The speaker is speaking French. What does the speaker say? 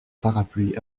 parapluie